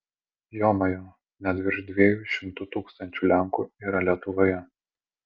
jomajo net virš dviejų šimtų tūkstančių lenkų yra lietuvoje